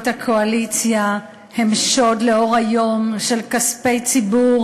הקואליציה הם שוד לאור היום של כספי ציבור